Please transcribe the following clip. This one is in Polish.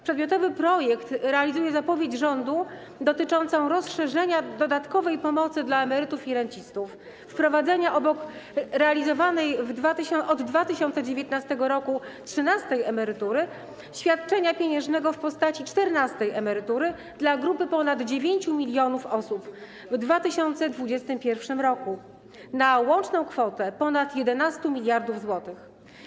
Przedmiotowy projekt realizuje zapowiedź rządu dotyczącą rozszerzenia dodatkowej pomocy dla emerytów i rencistów, wprowadzenia obok realizowanej od 2019 r. trzynastej emerytury świadczenia pieniężnego w postaci czternastej emerytury dla grupy ponad 9 mln osób w 2021 r. na łączną kwotę ponad 11 mld zł.